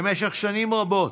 במשך שנים רבות,